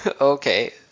Okay